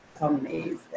amazing